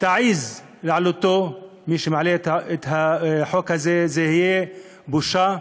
תעז להעלותו, את החוק הזה, זאת תהיה בושה.